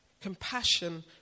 Compassion